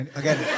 again